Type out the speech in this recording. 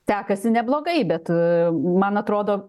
sekasi neblogai bet man atrodo